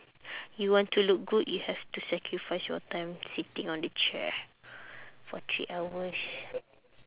you want to look good you have to sacrifice your time sitting on the chair for three hours